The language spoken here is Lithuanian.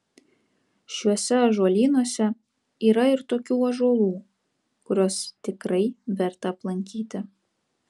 šiuose ąžuolynuose yra ir tokių ąžuolų kuriuos tikrai verta aplankyti